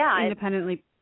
independently